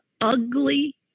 ugly